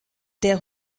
der